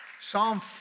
Psalm